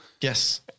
Yes